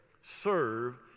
serve